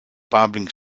public